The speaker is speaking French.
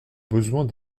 besoins